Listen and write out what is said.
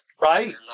Right